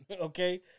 Okay